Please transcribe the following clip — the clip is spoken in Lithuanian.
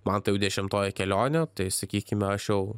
man tai jau dešimtoji kelionė tai sakykime aš jau